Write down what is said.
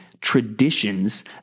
traditions